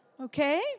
okay